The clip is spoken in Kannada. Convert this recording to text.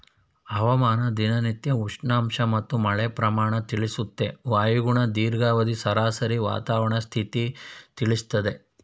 ಹವಾಮಾನ ದಿನನಿತ್ಯ ಉಷ್ಣಾಂಶ ಮತ್ತು ಮಳೆ ಪ್ರಮಾಣ ತಿಳಿಸುತ್ತೆ ವಾಯುಗುಣ ದೀರ್ಘಾವಧಿ ಸರಾಸರಿ ವಾತಾವರಣ ಸ್ಥಿತಿ ತಿಳಿಸ್ತದೆ